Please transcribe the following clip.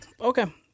Okay